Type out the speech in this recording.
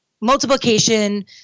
multiplication